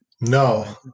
No